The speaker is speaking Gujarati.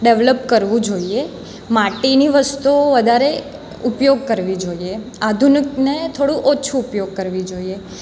ડેવલપ કરવું જોઈએ માટીની વસ્તુઓ વધારે ઉપયોગ કરવી જોઈએ આધુનિકને થોડું ઓછું ઉપયોગ કરવી જોઈએ